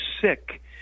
sick